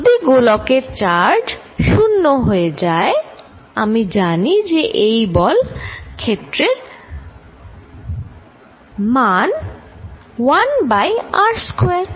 যদি গোলকের চার্জ 0 হয়ে যায় আমি জানি যে এই বল ক্ষেত্রের মান 1 বাই r স্কয়ার